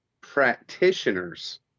practitioners